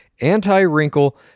anti-wrinkle